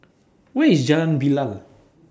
Where IS Jalan Bilal